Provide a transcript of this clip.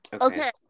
Okay